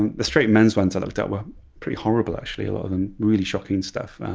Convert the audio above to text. and the straight men's ones i looked at were pretty horrible actually, a lot of them really shocking stuff.